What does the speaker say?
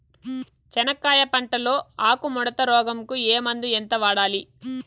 చెనక్కాయ పంట లో ఆకు ముడత రోగం కు ఏ మందు ఎంత వాడాలి?